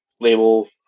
label